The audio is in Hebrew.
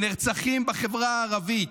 ונרצחים בחברה הערבית.